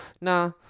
Nah